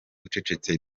ucecetse